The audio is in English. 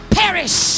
perish